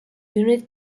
unit